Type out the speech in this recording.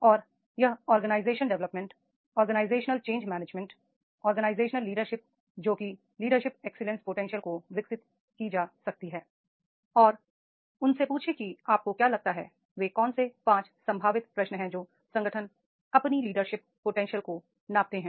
और यह organisation development organisation change management organisation leadership जोकि लीडरशिप एक्सीलेंस पोटेंशियल को विकसित की जा सकती हैi और उनसे पूछें कि आपको क्या लगता है वे कौन से 5 संभावित प्रश्न हैं जो संगठन अपनी लीडरशिप पोटेंशियल को मापते हैं